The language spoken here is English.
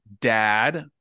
dad